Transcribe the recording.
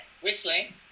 Whistling